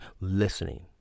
listening